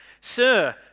Sir